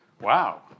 Wow